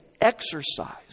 exercise